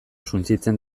suntsitzen